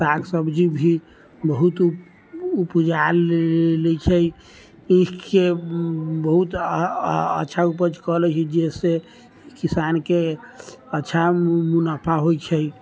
साग सब्जी भी बहुत उपजा लै छै ई के बहुत अच्छा उपज कऽ लै छै जाहिसँ कि किसानके अच्छा मुनाफा होइ छै